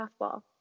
softball